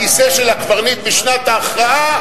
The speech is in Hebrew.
בכיסא של הקברניט בשנת ההכרעה?